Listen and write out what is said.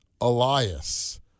Elias